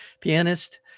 pianist